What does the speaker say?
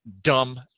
Dumb